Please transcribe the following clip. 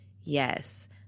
Yes